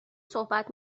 صحبت